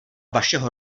vašeho